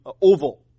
oval